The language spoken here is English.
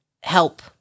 help